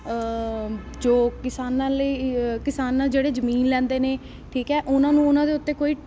ਜੋ ਕਿਸਾਨਾਂ ਲਈ ਕਿਸਾਨਾਂ ਜਿਹੜੇ ਜ਼ਮੀਨ ਲੈਂਦੇ ਨੇ ਠੀਕ ਹੈ ਉਹਨਾਂ ਨੂੰ ਉਹਨਾਂ ਦੇ ਉੱਤੇ ਕੋਈ